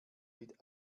mit